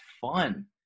fun